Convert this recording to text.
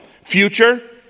Future